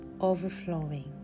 overflowing